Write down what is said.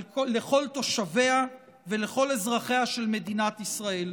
לכל תושביה ולכל אזרחיה של מדינת ישראל.